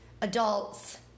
adults